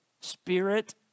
Spirit